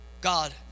God